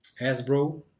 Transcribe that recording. Hasbro